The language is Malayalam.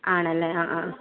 ആണല്ലേ ആ ആ